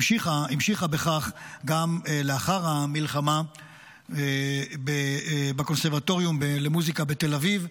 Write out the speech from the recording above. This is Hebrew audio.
והמשיכה בכך גם לאחר המלחמה בקונסרבטוריון למוזיקה בתל אביב,